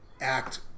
act